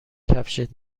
کفشت